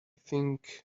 think